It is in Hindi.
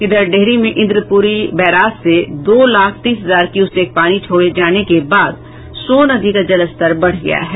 इधर डेहरी में इंद्रपुरी बैराज से दो लाख तीस हजार क्यूसेक पानी छोड़े जाने के बाद सोन नदी का जलस्तर बढ़ गया है